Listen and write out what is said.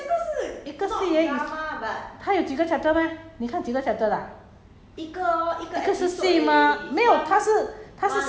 你你看这个也不是 drama mah 这个是 drama meh 这个也是一个戏而已它有几个 chapter meh 你看几个 chapter 的 ah